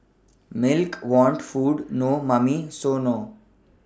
milk want food no Mummy so nor